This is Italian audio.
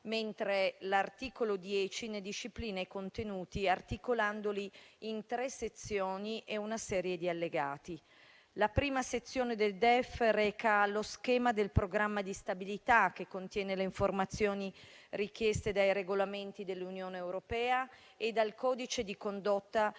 mentre l'articolo 10 ne disciplina i contenuti, articolandoli in tre sezioni e una serie di allegati. La prima sezione del DEF reca lo schema del Programma di stabilità, che contiene le informazioni richieste dai regolamenti dell'Unione europea e dal codice di condotta